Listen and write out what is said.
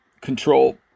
control